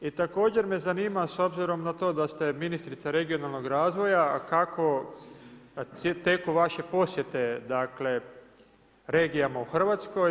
I također me zanima s obzirom na to da ste ministrica regionalnog razvoja kako teku vaše posjete dakle regijama u Hrvatskoj.